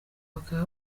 bakaba